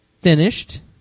finished